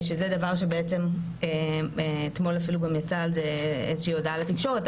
שזה דבר שבעצם אתמול אפילו יצאה על זה איזושהי הודעה לתקשורת.